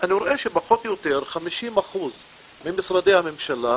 אני רואה שפחות או יותר 50% ממשרדי הממשלה,